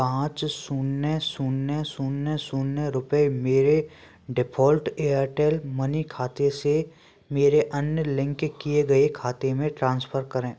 पाँच शून्य शून्य शून्य शून्य रुपये मेरे डिफॉल्ट एयरटेल मनी खाते से मेरे अन्य लिंक किए गए खाते में ट्रांसफ़र करें